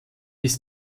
bis